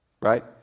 right